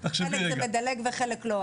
על חלק זה מדלג וחלק לא,